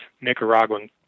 Nicaraguan